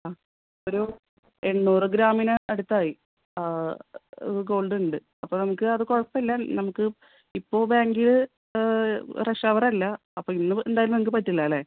ആ ഒരു എണ്ണൂറ് ഗ്രാമിന് അടുത്തായി ഗോൾഡുണ്ട് അപ്പോൾ നമുക്ക് അത് കുഴപ്പമില്ല നമുക്ക് ഇപ്പോൾ ബാങ്കിൽ റഷ് അവറല്ല അപ്പോൾ ഇന്ന് എന്തായാലും നിങ്ങൾക്ക് പറ്റില്ല അല്ലേ